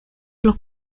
los